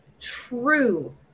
true